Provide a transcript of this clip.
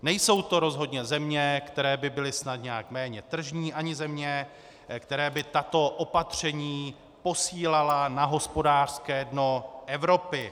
Nejsou to rozhodně země, které by byly snad nějak méně tržní, ani země, které by tato opatření posílala na hospodářské dno Evropy.